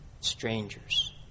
strangers